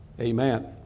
amen